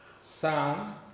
sound